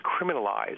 criminalized